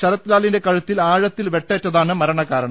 ശരത്ലാലിന്റെ കഴുത്തിൽ ആഴത്തിൽ വെട്ടേറ്റതാണ് മരണകാരണം